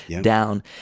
down